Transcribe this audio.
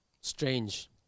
Strange